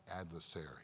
adversary